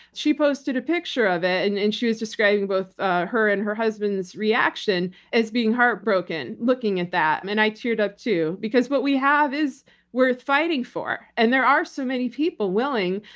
posted a picture of it and and she was describing both her and her husband's reaction as being heartbroken looking at that. and and i teared up too because what we have is worth fighting for. and there are so many people willing,